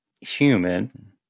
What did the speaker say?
human